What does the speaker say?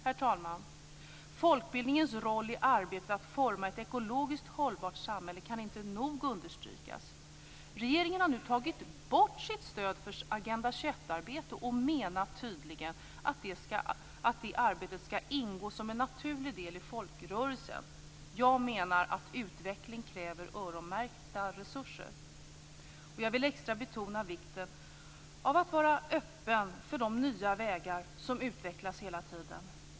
Herr talman! Folkbildningens roll i arbetet med att forma ett ekologiskt hållbart samhälle kan inte nog understrykas. Regeringen har nu tagit bort sitt stöd för Agenda 21-arbete. Den menar tydligen att det arbetet skall ingå som en naturlig del i folkrörelsen. Jag menar att utveckling kräver öronmärkta resurser. Jag vill särskilt betona vikten av att vara öppen för de nya vägar som utvecklas hela tiden.